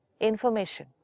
Information